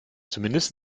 zumindest